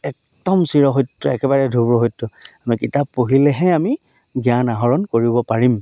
একদম চিৰ সত্য একেবাৰে ধ্ৰুব সত্য আমি কিতাপ পঢ়িলেহে আমি জ্ঞান আহৰণ কৰিব পাৰিম